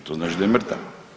To znači da je mrtav.